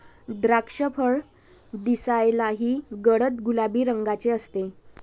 द्राक्षफळ दिसायलाही गडद गुलाबी रंगाचे असते